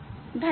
धन्यवाद